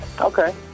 Okay